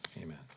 Amen